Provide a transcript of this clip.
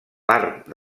part